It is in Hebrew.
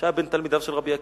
שהיה בין תלמידיו של רבי עקיבא,